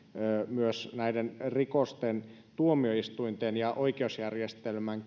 myös näiden rikosten tuomioistuinten ja oikeusjärjestelmän